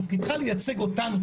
תפקידך לייצג אותנו,